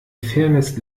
fairness